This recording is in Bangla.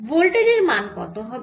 ভোল্টেজের মান কত হবে